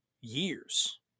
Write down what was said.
years